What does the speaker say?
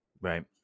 Right